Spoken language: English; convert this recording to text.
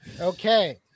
Okay